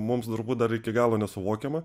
mums turbūt dar iki galo nesuvokiama